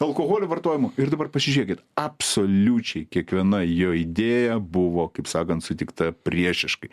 alkoholio vartojimu ir dabar pasižiūrėkit absoliučiai kiekviena jo idėja buvo kaip sakant sutikta priešiškai